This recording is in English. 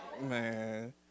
Man